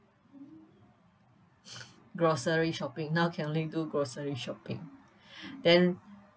grocery shopping now can only do grocery shopping then